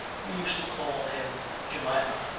we used to call him jemima,